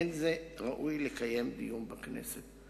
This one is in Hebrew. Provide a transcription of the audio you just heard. אין זה ראוי לקיים דיון בכנסת.